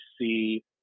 see